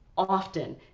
often